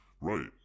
Right